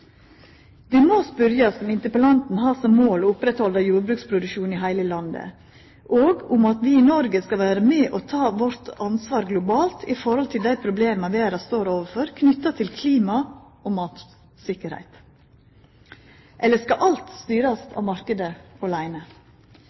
Det må spørjast om interpellanten har som mål å halda oppe jordbruksproduksjonen i heile landet, og om vi i Noreg skal vera med og ta vårt ansvar globalt for dei problema verda står overfor knytte til klima og matvaresikkerheit. Eller skal alt styrast av